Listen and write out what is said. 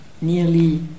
nearly